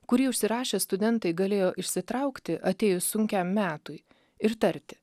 kurį užsirašę studentai galėjo išsitraukti atėjus sunkiam metui ir tarti